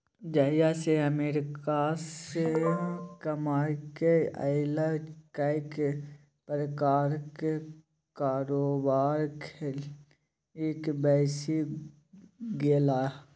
जहिया सँ अमेरिकासँ कमाकेँ अयलाह कैक प्रकारक कारोबार खेलिक बैसि गेलाह